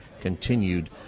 continued